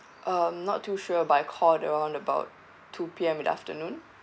um not too sure but I called around about two P_M in the afternoon